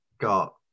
got